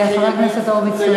חבר הכנסת הורוביץ היקר,